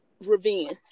revenge